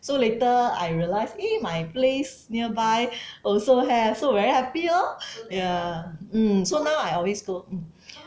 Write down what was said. so later I realised eh my place nearby also have so very happy lor ya mm so now I always go mm